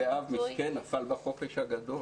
ט' באב נפל בחופש הגדול.